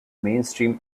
mainstream